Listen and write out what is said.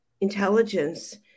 intelligence